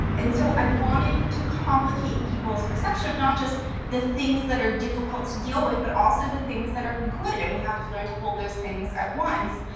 and so i wanted to complicate peoples' perception of not just the things that are difficult to deal with, but also the things that are good, and we have to learn to hold those things at once.